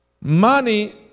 Money